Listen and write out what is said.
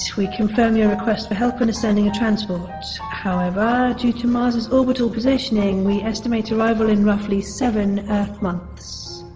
we confirm your request for help and are sending a transport however, due to mars's orbital positioning we estimate arrival in roughly seven earth months.